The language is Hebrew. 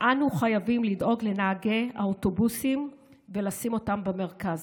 אנו חייבים לדאוג לנהגי האוטובוסים ולשים אותם במרכז.